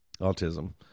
autism